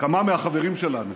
לכמה מהחברים שלנו,